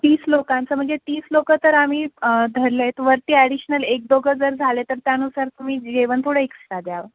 तीस लोकांचं म्हणजे तीस लोक तर आम्ही धरलेत वरती ॲडिशनल एक दोघं जर झाले तर त्यानुसार तुम्ही जेवण थोडं एक्स्ट्रा द्यावं